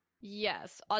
Yes